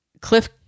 Cliff